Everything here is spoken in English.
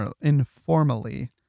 informally